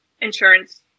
insurance